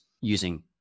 using